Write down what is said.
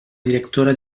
directora